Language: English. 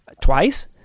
twice